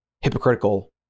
hypocritical